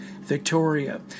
Victoria